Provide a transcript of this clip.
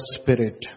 Spirit